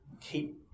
keep